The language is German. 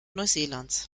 neuseelands